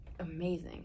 amazing